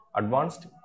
advanced